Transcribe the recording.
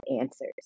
answers